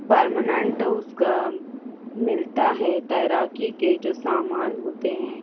permanent اس کا ملتا ہے تیراکی کے جو سامان ہوتے ہیں